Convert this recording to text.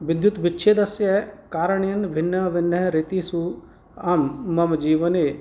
विद्युत् विच्छेदस्य करणीयं भिन्न भिन्न रीतिषु आं मम जीवने